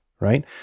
right